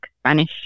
Spanish